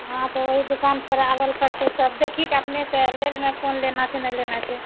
हँ तऽ ओहि दोकान पर आबह पड़तौ सब देखिके ले लेना कोन लेना छै से जे नहि लेना छै